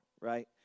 Right